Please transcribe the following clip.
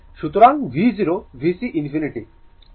সুতরাং v0 vc infinity I R